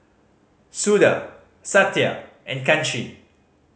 Suda Satya and Kanshi